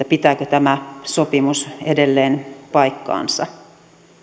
pitääkö tämä sopimus edelleen paikkansa